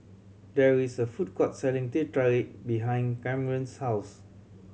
there is a food court selling Teh Tarik behind Kamren's house